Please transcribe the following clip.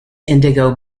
indigo